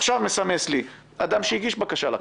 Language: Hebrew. עכשיו סימס לי אדם שהגיש בקשה לקרן.